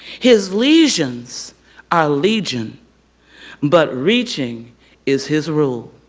his lesions are legion but reaching is his rule.